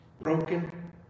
broken